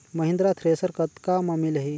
Mahindra thresher कतका म मिलही?